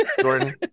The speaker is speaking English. Jordan